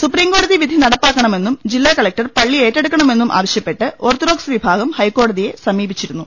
സുപ്രീംകോടതി വിധി നടപ്പാക്കണമെന്നും ജില്ലാ കലക്ടർ പള്ളി ഏറ്റെടുക്കണമെന്നും ആവശൃപ്പെട്ട് ഓർത്തഡോക്സ് വിഭാഗം ഹൈക്കോടതിയെ സമീപി ച്ചിരുന്നു